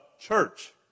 church